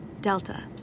Delta